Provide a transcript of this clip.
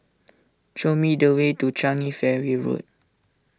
show me the way to Changi Ferry Road